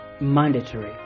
mandatory